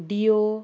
dio